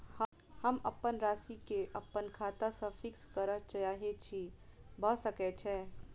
हम अप्पन राशि केँ अप्पन खाता सँ फिक्स करऽ चाहै छी भऽ सकै छै?